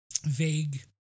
vague